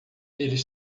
eles